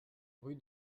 rue